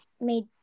made